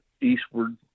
eastward